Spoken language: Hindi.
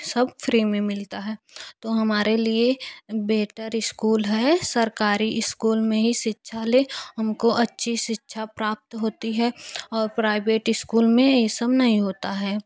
सब फ़्री में मिलता है तो हमारे लिए बेटर इस्कूल है सरकारी इस्कूल में ही शिक्षा लें हमको अच्छी शिक्षा प्राप्त होती है और प्राइवेट इस्कूल में यह सब नहीं होता है